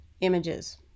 Images